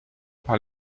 par